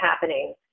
happening